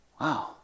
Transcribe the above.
Wow